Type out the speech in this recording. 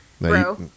bro